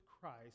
Christ